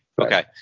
Okay